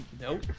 Nope